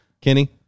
Kenny